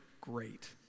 great